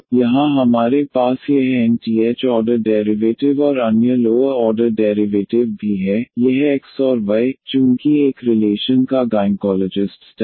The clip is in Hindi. तो यहाँ हमारे पास यह nth ऑर्डर डेरिवेटिव और अन्य लोअर ऑर्डर डेरिवेटिव भी है यह डिपेंडेंट वेरिएबल x और y चूंकि एक रिलेशन का अर्थ nth ऑर्डर डिफरेंशियल इक्वैशन है